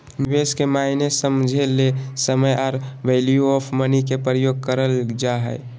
निवेश के मायने समझे ले समय आर वैल्यू ऑफ़ मनी के प्रयोग करल जा हय